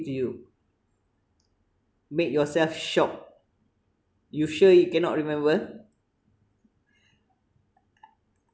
to you make yourself shiok you sure you cannot remember